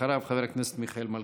אחריו, חבר הכנסת מיכאל מלכיאלי.